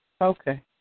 Okay